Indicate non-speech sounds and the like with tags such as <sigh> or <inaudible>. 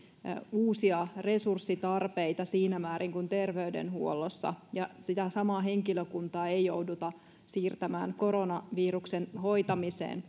uusia resurssitarpeita siinä määrin kuin terveydenhuollossa ja sitä samaa henkilökuntaa ei jouduta siirtämän koronaviruksen hoitamiseen <unintelligible>